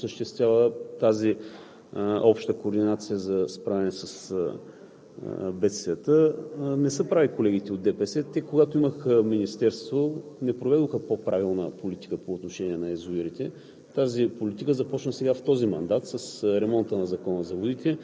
именно Комисията се оказа органът, който осъществява тази обща координация за справянето с бедствията. Не са прави колегите от ДПС. Когато имаха Министерството, те не проведоха по-правилна политика по отношение на язовирите.